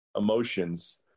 emotions